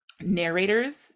narrators